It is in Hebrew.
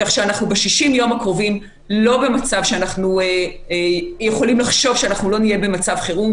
כך שב-60 יום הקרובים אנחנו לא יכולים לחשוב שאנחנו לא נהיה במצב חירום,